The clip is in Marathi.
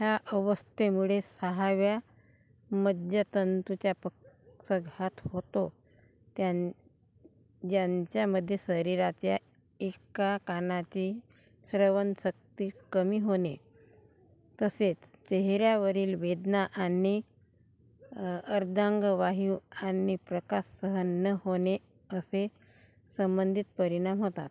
ह्या अवस्थेमुळे सहाव्या मज्जातंतूच्या पक्षाघात होतो त्यां ज्यांच्यामध्ये शरीराच्या एका कानाची श्रवणशक्ती कमी होणे तसेच चेहऱ्यावरील वेदना आणि अर्धांगवायू आणि प्रकाश सहन न होणे असे संबंधित परिणाम होतात